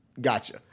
gotcha